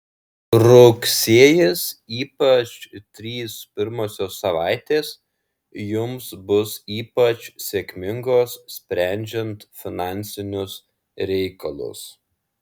rugsėjis ypač trys pirmosios savaitės jums bus ypač sėkmingos sprendžiant finansinius reikalus